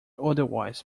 otherwise